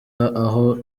aho